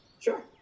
Sure